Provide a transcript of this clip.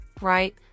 right